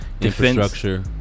Infrastructure